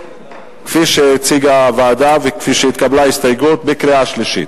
כפי שהציגה הוועדה ועם ההסתייגות כפי שהתקבלה בקריאה שנייה.